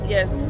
Yes